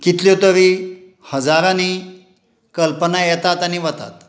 कितल्यो तरी हजारांनी कल्पना येतात आनी वतात